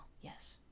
Yes